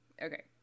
Okay